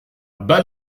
bas